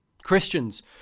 Christians